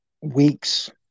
weeks